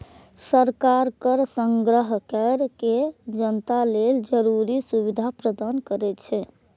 सरकार कर संग्रह कैर के जनता लेल जरूरी सुविधा प्रदान करै छै